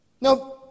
Now